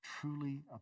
truly